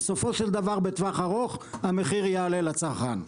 בסופו של דבר בטווח הארוך המחיר יעלה לצרכן.